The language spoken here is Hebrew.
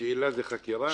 שאלה זה חקירה?